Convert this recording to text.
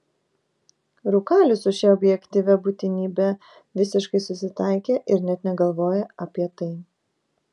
rūkalius su šia objektyvia būtinybe visiškai susitaikė ir net negalvoja apie tai